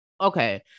okay